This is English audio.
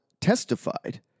testified